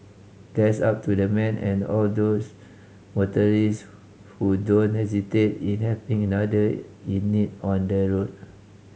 bless up to the man and all those motorist who don't hesitate in helping another in need on the road